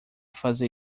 fazer